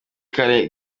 kale